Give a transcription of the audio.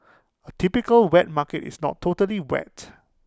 A typical wet market is not totally wet